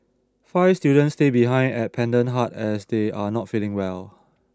five students stay behind at Pendant Hut as they are not feeling well